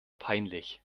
peinlich